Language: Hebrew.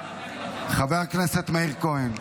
התשפ"ג 2022, של חברת הכנסת גלעד קריב.